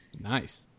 Nice